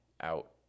out